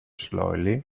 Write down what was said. slowly